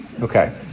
okay